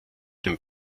den